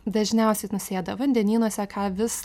dažniausiai nusėda vandenynuose ką vis